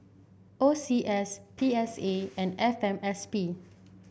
O C S P S A and F M S P